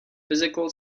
physical